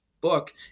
book